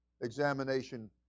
examination